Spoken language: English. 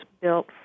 built